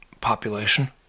population